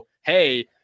hey